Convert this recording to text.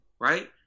right